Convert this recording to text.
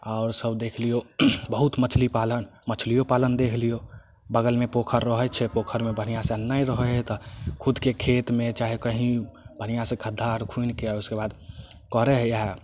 आओर सब देख लियौ बहुत मछली पालन मछलियो पालन देखि लियौ बगलमे पोखरि रहै छै पोखरिमे बढ़िऑं से नहि रहै हइ तऽ खुदके खेतमे चाहे कहीं बढ़िऑं से खद्धा आर खुनि के आ ओकर बाद करऽ हइ इएह